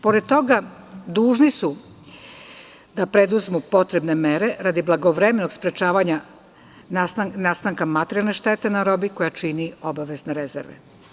Pored toga, dužni su da preduzmu potrebne mere radi blagovremenog sprečavanja nastanka materijalne štete na robi koja čini obavezne rezerve.